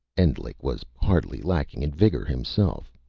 endlich was hardly lacking in vigor, himself.